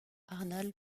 arnold